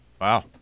Wow